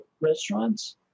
restaurants